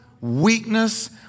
weakness